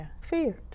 Fear